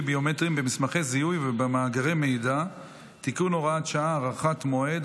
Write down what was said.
ביומטריים במסמכי זיהוי ובמאגר מידע (תיקון הוראת שעה) (הארכת מועד),